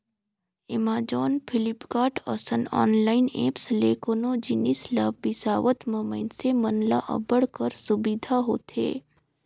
Amazon, Flipkart, असन online apps ले कोनो जिनिस ल बिसावत म मइनसे मन ल अब्बड़ कर सुबिधा होथे